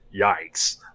yikes